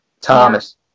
Thomas